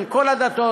בין כל הדתות,